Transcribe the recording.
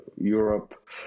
Europe